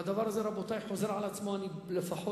והדבר הזה, רבותי, חוזר על עצמו, אני לפחות